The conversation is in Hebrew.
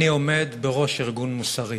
אני עומד בראש ארגון מוסרי?